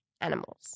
animals